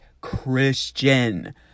Christian